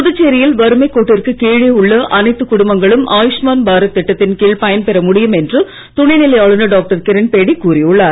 புதுச்சேரியில் வறுமை கோட்டிற்கு கீழே உள்ள அனைத்து குடும்பங்களும் ஆயுஷ்மான் பாரத் திட்டத்தின் கீழ் பயன்பெற முடியும் என்று துணைநிலை ஆளுநர் டாக்டர் கிரண்பேடி கூறியுள்ளார்